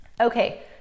Okay